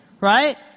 right